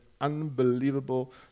unbelievable